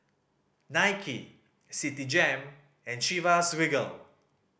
Nike Citigem and Chivas Regal